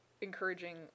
encouraging